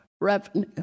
revenue